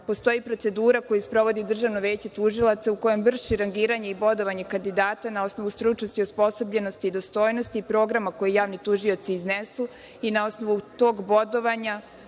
postoji procedura koja sprovodi Državno veće tužilaca u kojoj vrši rangiranje i bodovanje kandidata na osnovu stručnosti i osposobljenosti i dostojnosti programa koji javni tužioci iznesu i na osnovu tog bodovanja